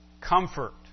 comfort